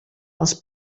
els